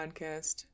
podcast